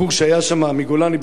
בחור שהיה שם מגולני,